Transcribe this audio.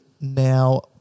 now